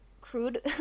crude